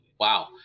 wow